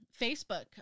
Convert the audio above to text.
Facebook